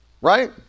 right